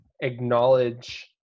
acknowledge